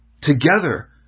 together